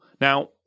Now